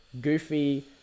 goofy